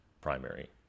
primary